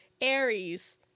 Aries